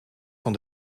van